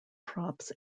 props